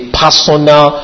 personal